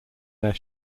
their